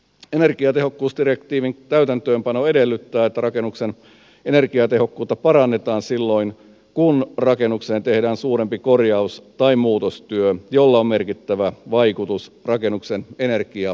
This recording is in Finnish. energiatehokkuusdirektiivin täytäntöönpano edellyttää että rakennuksen energiatehokkuutta parannetaan silloin kun rakennukseen tehdään suurempi korjaus tai muutostyö jolla on merkittävä vaikutus rakennuksen energiatehokkuuteen